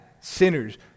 sinners